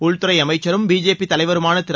உள்துறை அமைச்சரும் பிஜேபி தலைவருமான திரு